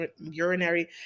urinary